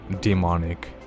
demonic